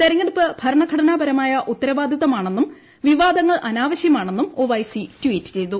തെരഞ്ഞെടുപ്പ് ഭരണഘടനാപരമായ ഉത്തരവാദിത്തമാണെന്നും വിവാദങ്ങൾ അനാവശ്യമാണെന്നും ഒവെയ്സി ട്വീറ്റ് ചെയ്തു